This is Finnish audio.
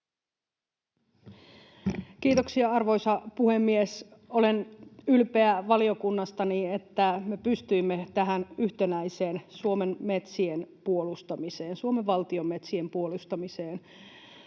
Kiitoksia, arvoisa puhemies! Olen ylpeä valiokunnastani, että me pystyimme tähän yhtenäiseen Suomen valtion metsien puolustamiseen.